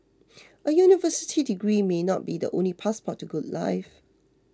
a university degree may not be the only passport to a good life